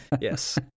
Yes